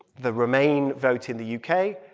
the remain vote in the u k,